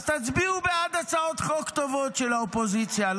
אז תצביעו בעד הצעות חוק טובות של האופוזיציה,